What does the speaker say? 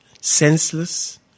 senseless